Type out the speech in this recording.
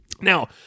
now